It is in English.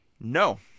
No